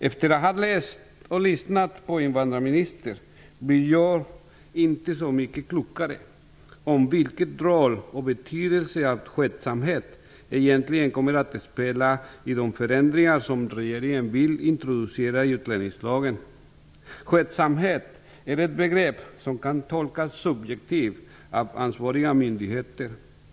Efter att ha läst och lyssnat på invandrarministerns svar är jag inte så mycket klokare om vilken roll och betydelse som skötsamhet egentligen kommer att spela i de förändringar som regeringen vill introducera i utlänningslagen. Skötsamhet är ett begrepp som kan tolkas subjektivt av ansvariga myndigheter.